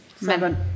Seven